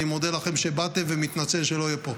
אני מודה לכם שבאתם ומתנצל שלא אהיה פה.